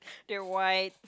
they are white